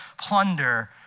plunder